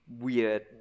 weird